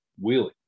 wheeling